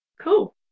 Cool